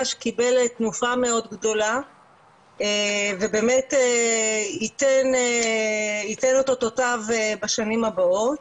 שקיבל תנופה מאוד גדולה ובאמת ייתן את אותותיו בשנים הבאות.